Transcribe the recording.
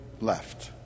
left